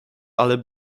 ale